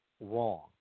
wrong